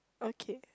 okay